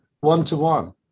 one-to-one